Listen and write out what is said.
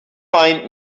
find